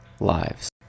lives